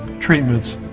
treatments,